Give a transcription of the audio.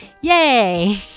Yay